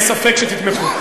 גם יאיר לפיד, אין ספק שתתמכו.